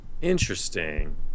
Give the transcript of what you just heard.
Interesting